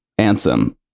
Ansem